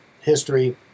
history